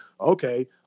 okay